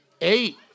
Eight